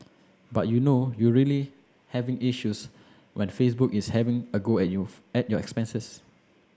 but you know you really having issues when even Facebook is having a go at youth at your expenses